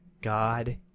god